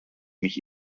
mich